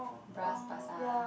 Bras Basah